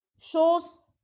shows